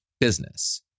business